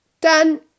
Done